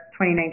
2019